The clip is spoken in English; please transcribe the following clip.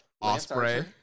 Osprey